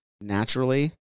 naturally